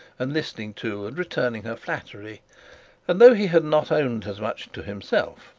and listening to and returning her flattery and though he had not owned as much to himself,